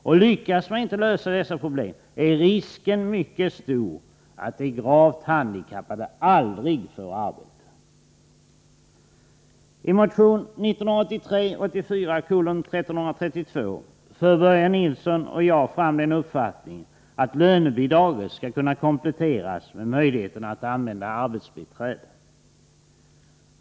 Och lyckas man inte lösa dessa problem, är risken mycket stor att de gravt handikappade aldrig får något arbete. lönebidraget skall kunna kompletteras med möjligheten att använda arbetsbiträde.